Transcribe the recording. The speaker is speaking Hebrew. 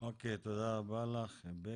לא רק המעורבות שהיא